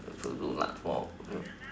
to do like for